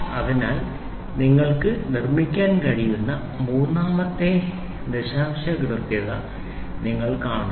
അതിനാൽ നിങ്ങൾക്ക് നിർമ്മിക്കാൻ കഴിയുന്ന മൂന്നാമത്തെ ദശാംശ കൃത്യത നിങ്ങൾ കാണുന്നു